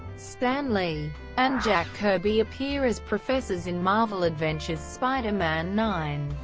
stan lee and jack kirby appear as professors in marvel adventures spider-man nine.